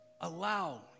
allow